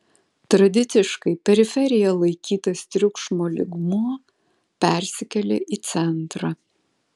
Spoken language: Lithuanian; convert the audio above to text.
tradiciškai periferija laikytas triukšmo lygmuo persikelia į centrą